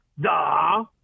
duh